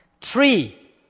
Three